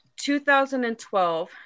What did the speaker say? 2012